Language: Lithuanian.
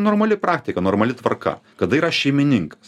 normali praktika normali tvarka kada yra šeimininkas